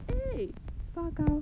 eh 发糕